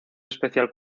especial